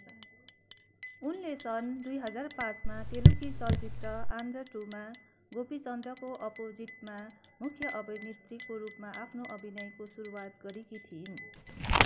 उनले सन् दुई हजार पाँचमा तेलुगू चलचित्र आन्ध्रा टुमा गोपीचन्द्रको अपोजिटमा मुख्य अभिनेत्रीको रूपमा आफ्नो अभिनयको सुरुवात गरेकी थिइन्